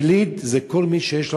יליד זה כל מי שיש לו